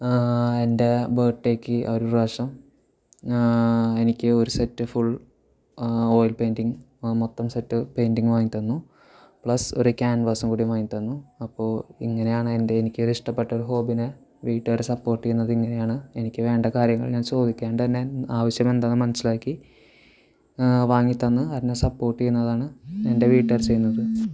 എൻ്റെ ബർത്ത്ഡേയ്ക്ക് അവരൊരു പ്രാവശ്യം എനിക്ക് ഒരു സെറ്റ് ഫുൾ ഓയിൽ പെയിന്റിംഗ് മൊത്തം സെറ്റ് പെയിന്റിംഗ് വാങ്ങിത്തന്നു പ്ലസ് ഒരു ക്യാൻവാസും കൂടി വാങ്ങിത്തന്നു അപ്പോള് ഇങ്ങനെയാണെൻ്റെ എനിക്കൊരു ഇഷ്ടപ്പെട്ടൊരു ഹോബിനെ വീട്ടുകാര് സപ്പോർട്ട് ചെയ്യുന്നത് ഇങ്ങനെയാണ് എനിക്ക് വേണ്ട കാര്യങ്ങൾ ഞാൻ ചോദിക്കാണ്ടു തന്നെ ആവിശ്യമെന്താണെന്ന് മനസ്സിലാക്കി വാങ്ങിത്തന്ന് അതിനെ സപ്പോർട്ടെയ്യുന്നതാണ് എൻ്റെ വീട്ടുകാര് ചെയ്യുന്നത്